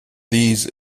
these